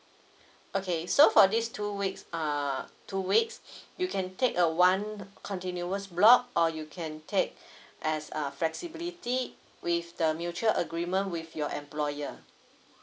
okay so for these two weeks err two weeks you can take a one continuous block or you can take as err flexibility with the mutual agreement with your employer